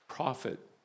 Profit